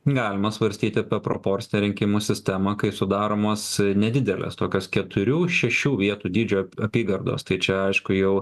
galima svarstyti apie proporcinę rinkimų sistemą kai sudaromos nedidelės tokios keturių šešių vietų dydžio apygardos tai čia aišku jau